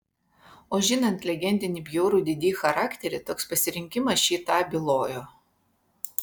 o žinant legendinį bjaurų didi charakterį toks pasirinkimas šį tą bylojo